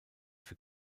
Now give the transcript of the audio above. für